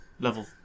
level